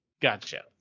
Gotcha